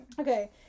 Okay